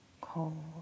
cold